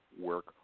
work